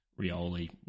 Rioli